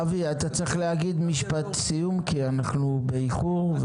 אבי, אתה צריך להגיד משפט סיום כי אנחנו באיחור.